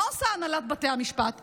מה עושה הנהלת בתי המשפט?